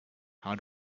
how